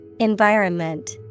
Environment